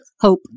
hope